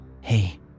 Hey